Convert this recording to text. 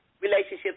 relationship